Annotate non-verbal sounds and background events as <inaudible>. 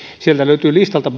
sieltä listalta <unintelligible>